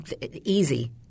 easy